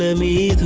me